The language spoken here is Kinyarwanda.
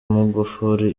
magufuli